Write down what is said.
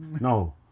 no